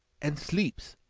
and sleeps!